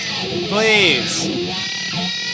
Please